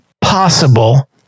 possible